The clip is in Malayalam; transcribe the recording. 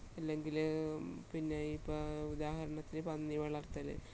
ഇല്ലെങ്കിൽ പിന്നെ ഇപ്പം ഉദാഹരണത്തിന് പന്നി വളർത്തൽ